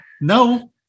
No